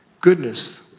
Goodness